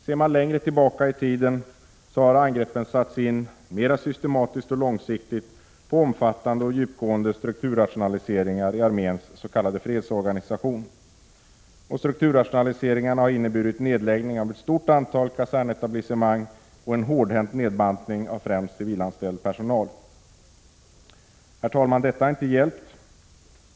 Ser man längre tillbaka i tiden har angreppen satts in mera systematiskt och långsiktigt på omfattande och djupgående strukturrationaliseringar i arméns s.k. fredsorganisation. Strukturrationaliseringarna har inneburit nedläggning av ett stort antal kasernetablissemang och en hårdhänt nedbantning av främst civilanställd personal. Herr talman! Detta har inte hjälpt.